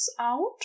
out